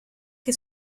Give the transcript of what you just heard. que